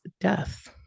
death